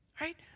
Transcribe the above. Right